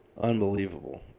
Unbelievable